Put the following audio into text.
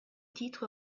titre